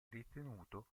ritenuto